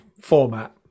format